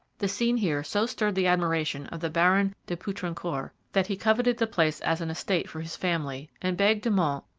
the scene here so stirred the admiration of the baron de poutrincourt that he coveted the place as an estate for his family, and begged de monts,